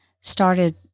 started